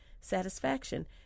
satisfaction